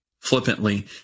flippantly